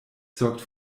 sorgt